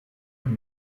flug